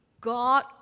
God